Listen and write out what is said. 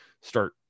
start